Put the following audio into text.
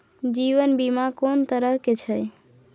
जीवन बीमा कोन तरह के छै?